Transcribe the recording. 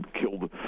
killed